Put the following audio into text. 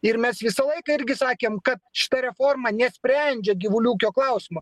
ir mes visą laiką irgi sakėm kad šita reforma nesprendžia gyvulių ūkio klausimų